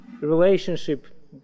relationship